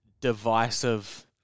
divisive